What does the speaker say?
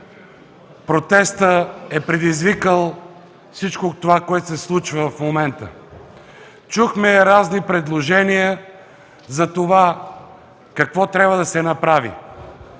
протестът е предизвикал това, което се случва в момента, чухме разни предложения какво трябва да се направи.